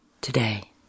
today